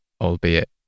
albeit